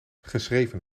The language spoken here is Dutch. geschreven